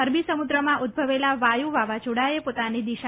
અરબી સમુદ્રમાં ઉદ્ભવેલા વાયુ વાવાઝોડાએ પોતાની દિશા